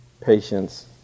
patience